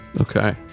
okay